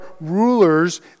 rulers